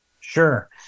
Sure